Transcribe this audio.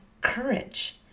courage